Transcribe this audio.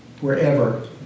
Wherever